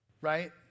Right